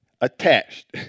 attached